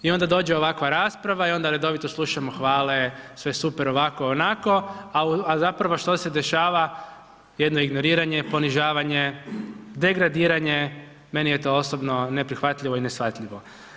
I onda dođe ovakva rasprava i onda redovito slušamo hvale, sve super, ovako, onako, a zapravo što se dešava jedno ignoriranje, ponižavanje, degradiranje, meni je to osobno neprihvatljivo i neshvatljivo.